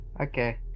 okay